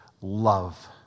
love